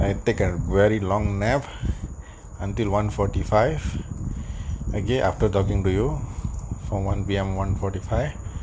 I take a very long nap until one fourty five okay after talking to you for one P_M one fourty five